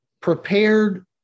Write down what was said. prepared